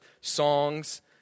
songs